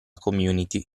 community